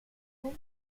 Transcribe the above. and